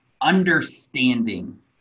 understanding